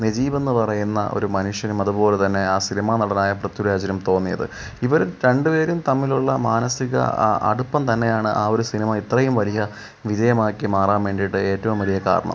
നജീബ് എന്ന് പറയുന്ന ഒരു മനുഷ്യനും അത് പോലെ തന്നെ ആ സിനിമ നടനായ പൃഥ്വിരാജിനും തോന്നിയത് ഇവർ രണ്ടു പേരും തമ്മിലുള്ള മാനസിക ആ അടുപ്പം തന്നെയാണ് ആ ഒരു സിനിമ ഇത്രയും വലിയ വിജയമാക്കി മാറാൻ വേണ്ടീട്ട് ഏറ്റവും വലിയ കാരണം